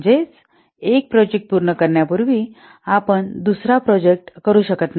म्हणजे एक प्रोजेक्ट पूर्ण करण्यापूर्वी आपण दुसरा प्रोजेक्ट करू शकत नाही